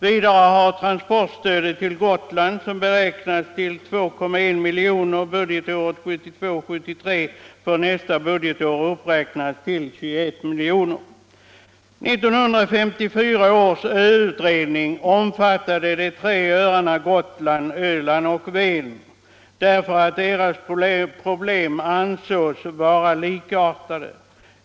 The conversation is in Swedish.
Vidare har transportstödet till Gotland, som beräknades till 2,1 milj.kr. budgetåret 1972/73, för nästa budgetår uppräknats till 21 milj.kr. 1954 års öutredning omfattade de tre öarna Gotland, Öland och Ven, därför att deras problem ansågs vara likartade.